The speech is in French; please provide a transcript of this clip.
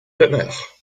demeure